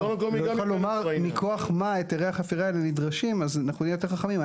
יוכל לומר מכוח מה היתרי החפירה האלה נדרשים אז אנחנו נהיה יותר חכמים.